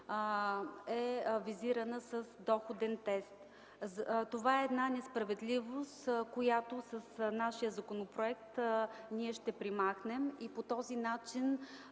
е визирана с доходен тест. Това е една несправедливост, която с нашия законопроект ще се премахне. По този начин